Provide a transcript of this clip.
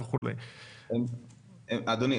אדוני,